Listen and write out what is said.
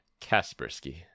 Kaspersky